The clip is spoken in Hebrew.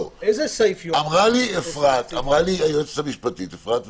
אמרו לי היועצות המשפטיות אפרת ותמי,